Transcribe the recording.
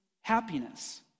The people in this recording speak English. happiness